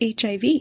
HIV